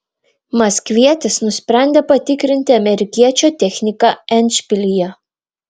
maskvietis nusprendė patikrinti amerikiečio techniką endšpilyje